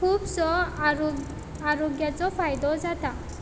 खुबसो आरोग्याचो फायदो जाता